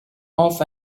off